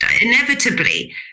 inevitably